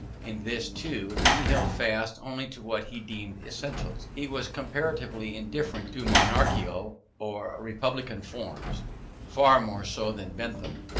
in this, too, he held fast only to what he deemed essentials he was comparatively indifferent to monarchical or republican forms far more so than bentham,